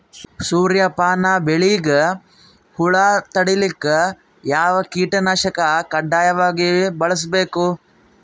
ಸೂರ್ಯಪಾನ ಬೆಳಿಗ ಹುಳ ತಡಿಲಿಕ ಯಾವ ಕೀಟನಾಶಕ ಕಡ್ಡಾಯವಾಗಿ ಬಳಸಬೇಕು?